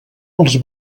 els